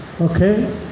okay